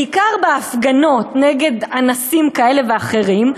בעיקר בהפגנות נגד אנסים כאלה ואחרים,